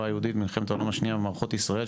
היהודית במלחמת העולים השנייה ובמערכות ישראל,